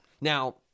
Now